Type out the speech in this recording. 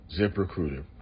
ZipRecruiter